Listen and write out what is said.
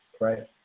right